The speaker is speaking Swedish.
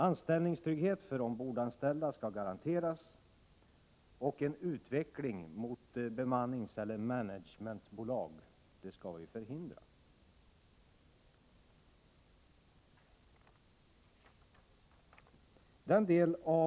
Anställningstrygghet för de ombordanställda skall garanteras. En utveckling mot bemanningsbolag eller managementbolag skall vi förhindra.